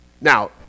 Now